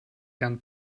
herrn